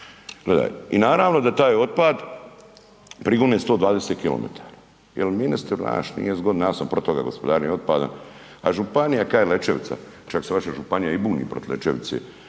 i naravno da taj otpad prigone 120km, jel ministre znaš nije zgodno ja sam protiv toga gospodarenja otpadom, a županija kaže Lećevica, čak se vaša županija i buni protiv Lećevice